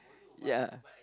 ya